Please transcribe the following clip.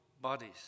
bodies